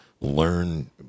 learn